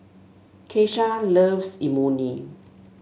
Keshia loves Imoni